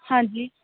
ਹਾਂਜੀ